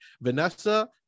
vanessa